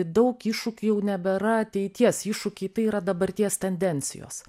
daug iššūkių jau nebėra ateities iššūkiai tai yra dabarties tendencijos